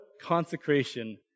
Consecration